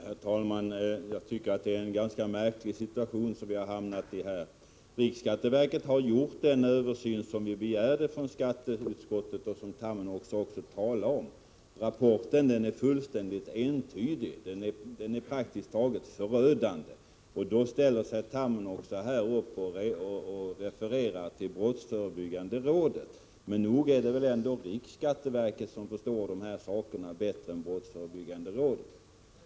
Herr talman! Jag tycker att det är en ganska märklig situation som vi i det här ärendet har hamnat i. Riksskatteverket har gjort den översyn som skatteutskottet begärde och som Tammenoksa talar om. Rapporten är entydig och praktiskt taget förödande. Då refererar Tammenoksa här i stället till brottsförebyggande rådet. Men nog är det väl ändå så att riksskatteverket förstår dessa frågor bättre än brottsförebyggande rådet.